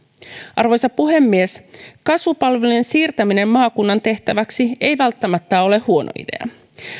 arvoisa puhemies kasvupalvelujen siirtäminen maakunnan tehtäväksi ei välttämättä ole huono idea